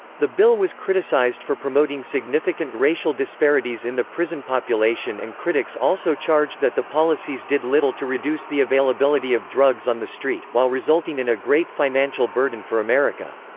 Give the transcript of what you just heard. the bill was criticized for promoting significant racial disparities in the prison population and critics also charged that the policies did little to reduce the availability of drugs on the street, while resulting in a great financial burden for america.